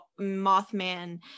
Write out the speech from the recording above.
Mothman